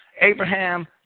Abraham